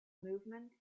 movement